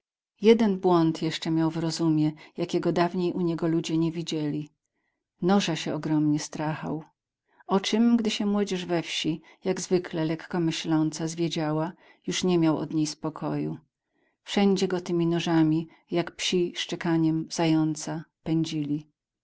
jeden błąd jeszcze miał w rozumie jakiego dawniej u niego ludzie nie widzieli noża się ogromnie strachał o czem gdy się młodzież we wsi jak zwykle lekkomyśląca zwiedziała już nie miał od niej spokoju wszędzie go temi nożami jak psi szczekaniem zająca pędzili